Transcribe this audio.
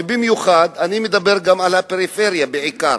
ואני מדבר גם על הפריפריה בעיקר,